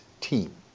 team